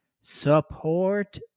Support